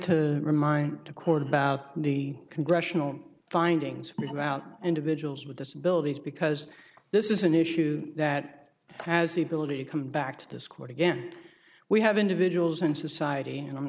the court about the congressional findings about individuals with disabilities because this is an issue that has the ability to come back to this court again we have individuals in society and i'm